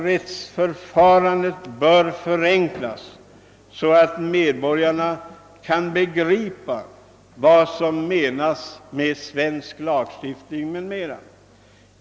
Rättsförfarandet bör även förenklas så att medborgarna kan begripa vad svensk lagstiftning innebär.